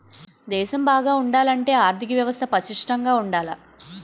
దేశం బాగా ఉండాలంటే ఆర్దిక వ్యవస్థ పటిష్టంగా ఉండాల